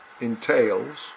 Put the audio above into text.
entails